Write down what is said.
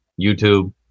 YouTube